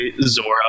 zora